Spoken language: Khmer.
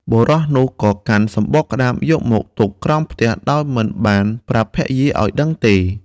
បុរសនោះ ក៏កាន់សំបកក្ដាមយកមកទុកក្រោមផ្ទះដោយមិនបានប្រាប់ភរិយាឲ្យដឹងទេ។